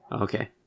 Okay